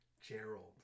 Gerald